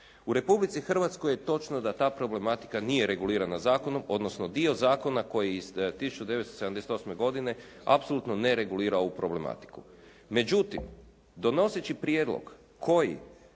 U Republici Hrvatskoj je točno da ta problematika nije regulirana zakonom odnosno dio zakona koji iz 1978. godine apsolutno ne regulira ovu problematiku. Međutim donoseći prijedlog koji